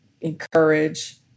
encourage